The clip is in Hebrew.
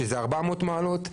שזה 400 מעלות,